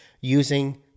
using